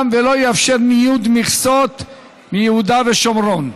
ולא יאפשר ניוד מכסות מיהודה ושומרון.